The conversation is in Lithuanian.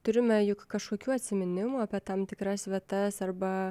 turime juk kažkokių atsiminimų apie tam tikras vietas arba